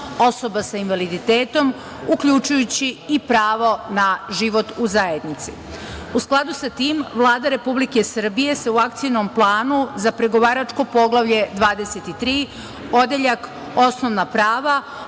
osoba sa invaliditetom uključujući i pravo na život u zajednici.U skladu sa tim Vlada Republike Srbije se u Akcionom planu za pregovaračko Poglavlje 23 odeljak – osnovna prava,